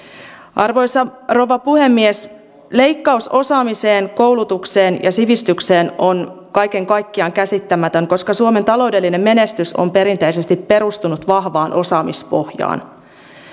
arvoisa rouva puhemies leikkaus osaamiseen koulutukseen ja sivistykseen on kaiken kaikkiaan käsittämätön koska suomen taloudellinen menestys on perinteisesti perustunut vahvaan osaamispohjaan